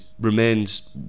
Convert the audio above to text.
remains